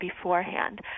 beforehand